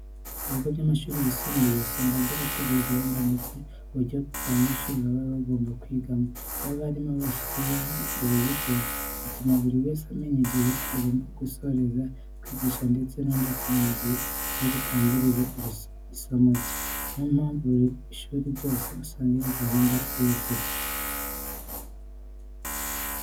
Ibigo by'amashuri yisumbuye usanga byarateguye gahunda ndetse n'uburyo abanyeshuri baba bagomba kwigamo. Iyo abarimu bashyiriweho ubu buryo, bituma buri wese amenya igihe agomba gusoreza kwigisha ndetse n'undi akamenya igihe ari butangire isomo rye. Ni yo mpamvu buri shuri ryose usanga iyi gahunda riyifite.